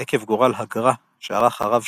עקב גורל הגר"א שערך הרב שפירא.